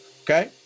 Okay